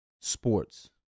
sports